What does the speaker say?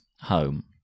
home